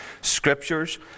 Scriptures